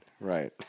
Right